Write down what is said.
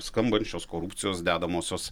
skambančios korupcijos dedamosios